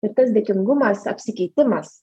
ir tas dėkingumas apsikeitimas